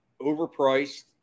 overpriced